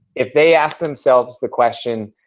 if they ask themselves the question,